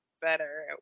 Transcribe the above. better